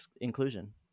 inclusion